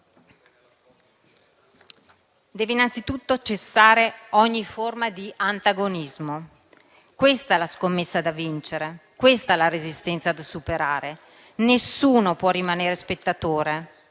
deve innanzitutto cessare ogni forma di antagonismo. Questa è la scommessa da vincere. Questa è la resistenza da superare. Nessuno può rimanere spettatore,